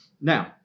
Now